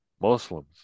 Muslims